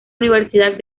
universidad